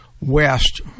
west